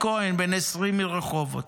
שמחוברות.